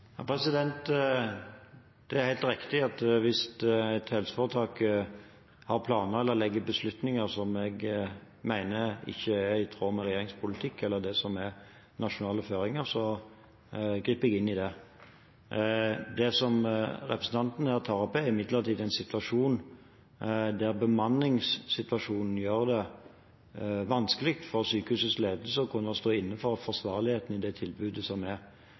Det er helt riktig at hvis et helseforetak har planer eller legger beslutninger som jeg mener ikke er i tråd med regjeringens politikk eller det som er nasjonale føringer, så griper jeg inn i det. Det som representanten tar opp, er imidlertid en situasjon der bemanningssituasjonen gjør det vanskelig for sykehusets ledelse å kunne stå inne for forsvarligheten i det tilbudet som er.